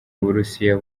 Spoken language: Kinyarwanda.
uburusiya